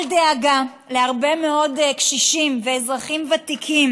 אל דאגה, הרבה מאוד קשישים ואזרחים ותיקים